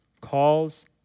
calls